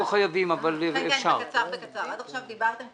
עד עכשיו דיברתם על